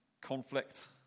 conflict